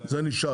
זה נשאר,